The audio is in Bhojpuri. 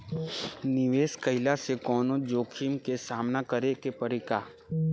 निवेश कईला से कौनो जोखिम के सामना करे क परि का?